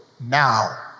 now